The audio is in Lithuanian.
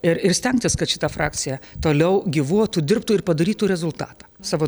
ir ir stengtis kad šita frakcija toliau gyvuotų dirbtų ir padarytų rezultatą savo